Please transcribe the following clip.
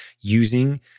using